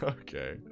Okay